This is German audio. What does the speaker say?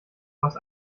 was